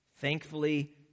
Thankfully